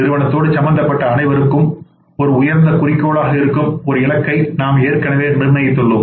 நிறுவனத்தோடு சம்பந்தப்பட்ட அனைவருக்கும் ஒரு உயர்ந்த குறிக்கோளாக இருக்கும் ஒரு இலக்கை நாம் ஏற்கனவே நிர்ணயித்துள்ளோம்